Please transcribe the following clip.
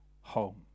home